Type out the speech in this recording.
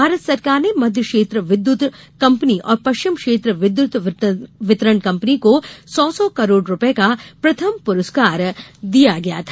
भारत सरकार ने मध्यक्षेत्र विद्युत कंपनी और पश्चिम क्षेत्र विद्युत वितरण कंपनी को सौ सौ करोड़ रूपये का प्रथम पुरस्कार दिया गया था